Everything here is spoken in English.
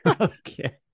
Okay